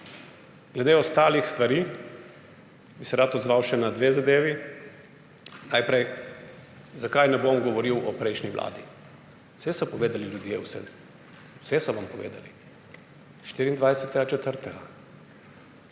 Glede ostalih stvari bi se rad odzval še na dve zadevi. Najprej, zakaj ne bom govoril o prejšnji vladi. Saj so povedali ljudje vse. Vse so vam povedali 24. 4. Ja,